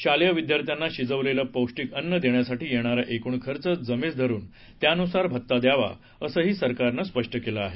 शालेय विद्यार्थ्यांना शिजवलेलं पौष्टिक अन्न देण्यासाठी येणारा एकूण खर्च जमेस धरून त्यानुसार भत्ता द्यावा असंही सरकारनं स्पष्ट केलं आहे